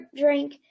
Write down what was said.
drink